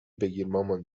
بگیرمامان